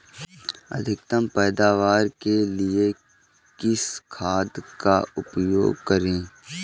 अधिकतम पैदावार के लिए किस खाद का उपयोग करें?